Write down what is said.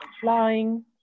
flying